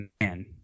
man